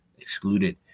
excluded